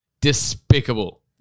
Despicable